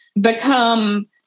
become